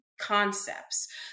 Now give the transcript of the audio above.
concepts